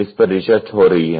इस पर रिसर्च हो रही है